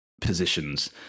positions